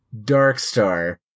Darkstar